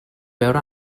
veure